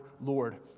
Lord